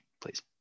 please